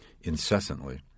incessantly